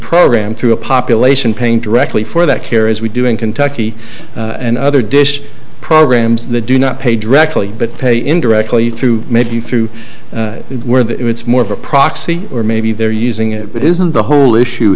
program through a population pain directly for that care as we do in kentucky and other dish programs that do not pay directly but pay indirectly through maybe through it's more of a proxy or maybe they're using it but isn't the whole issue